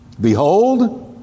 behold